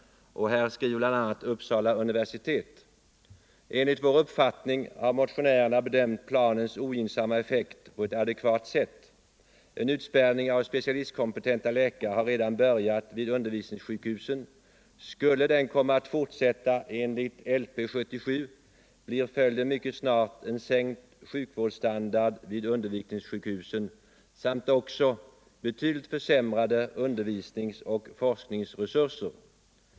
Så här skriver bl.a. Uppsala universitet: ”Enligt vår uppfattning har motionärerna bedömt planens ogynnsamma effekt på ett adekvat sätt. En utspärrning av specialistkompetenta läkare har redan börjat vid undervisningssjukhusen. Skulle den komma att fortsätta enligt LP 77 blir följden mycket snart en sänkt sjukvårdsstandard vid undervisningssjukhusen samt också betydligt försämrade undervisningsoch forskningsresurser.